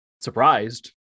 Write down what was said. surprised